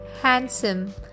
handsome